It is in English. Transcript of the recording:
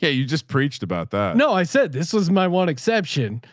yeah you just preached about that? no, i said this was my one exception.